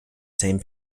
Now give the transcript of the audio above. same